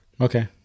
Okay